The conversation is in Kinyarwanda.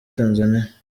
tanzaniya